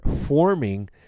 forming